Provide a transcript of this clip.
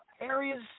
areas